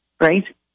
right